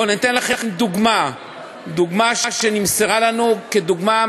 או ניתן לכם דוגמה שנמסרה לנו כמציאותית: